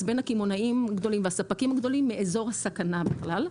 בין הקמעונאים הגדולים והספקים הגדולים מאזור הסכנה בכלל.